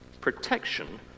protection